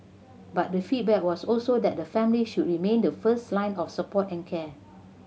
but the feedback was also that the family should remain the first line of support and care